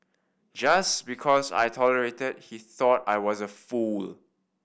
just because I tolerated he thought I was a fool